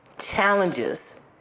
challenges